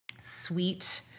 sweet